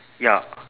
ya